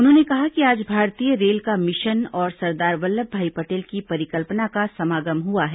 उन्होंने कहा कि आज भारतीय रेल का मिशन और सरदार वल्लभभाई पटेल की परिकल्पना का समागम हुआ है